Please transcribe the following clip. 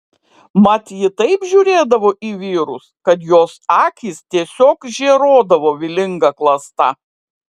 mat ji taip žiūrėdavo į vyrus kad jos akys tiesiog žėruodavo vylinga klasta